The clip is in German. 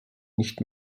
nicht